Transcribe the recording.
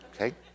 Okay